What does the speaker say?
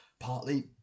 Partly